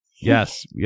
yes